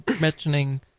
mentioning